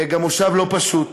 גם מושב לא פשוט.